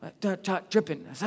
Dripping